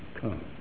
come